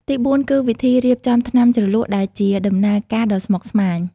ទីបួនគឺ វិធីរៀបចំថ្នាំជ្រលក់ដែលជា ដំណើរការដ៏ស្មុគស្មាញ។